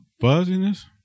Fuzziness